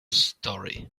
story